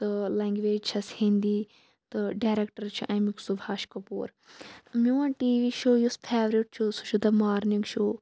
تہٕ لینگویج چھس ہِندی تہٕ ڈیریکٹَر چھُ اَمِیُک سُبحاش کَپور میون ٹی وی شو یُس فیوریٹ چھُ سُہ چھُ دَ مارنِنگ شو